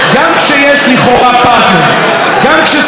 גם כששמים לו את ההצעה הנדיבה ביותר,